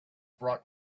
brought